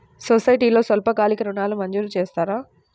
సొసైటీలో స్వల్పకాలిక ఋణాలు మంజూరు చేస్తారా?